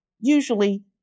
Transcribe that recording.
usually